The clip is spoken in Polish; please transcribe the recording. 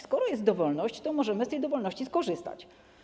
Skoro jest dowolność, to możemy z tej dowolności skorzystać.